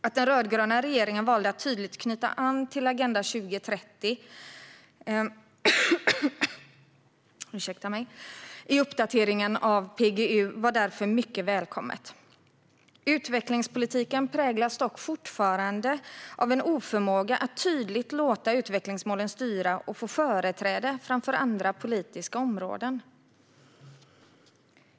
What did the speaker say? Att den rödgröna regeringen valde att tydligt knyta an till Agenda 2030 i uppdateringen av PGU var därför mycket välkommet. Utvecklingspolitiken präglas dock fortfarande av en oförmåga att tydligt låta utvecklingsmålen styra och få företräde framför andra politiska områden.